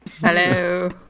hello